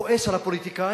כועס על הפוליטיקאים,